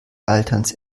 alterns